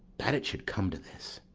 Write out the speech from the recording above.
that it should come to this!